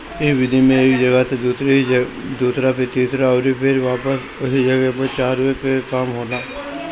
इ विधि में एक जगही से दूसरा फिर तीसरा अउरी फिर वापस ओही जगह पे चरावे के काम होला